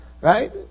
Right